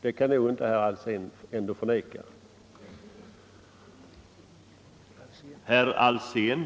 Det kan nog herr Alsén ändå inte förneka.